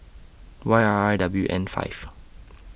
Y R I W N five